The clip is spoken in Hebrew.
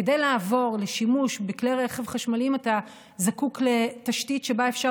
כדי לעבור לשימוש בכלי רכב חשמליים אתה זקוק לתשתית שבה אפשר